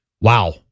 wow